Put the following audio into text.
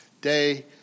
day